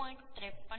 તેથી આ 90